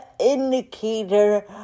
indicator